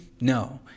No